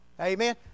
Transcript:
Amen